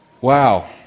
wow